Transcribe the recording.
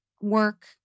work